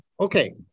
Okay